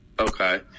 Okay